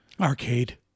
Arcade